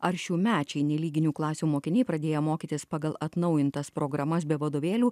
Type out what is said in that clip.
ar šiųmečiai nelyginių klasių mokiniai pradėję mokytis pagal atnaujintas programas be vadovėlių